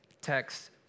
text